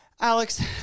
Alex